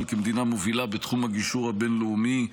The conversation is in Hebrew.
כמדינה מובילה בתחום הגישור הבין-לאומי,